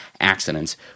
accidents